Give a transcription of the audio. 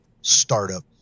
startup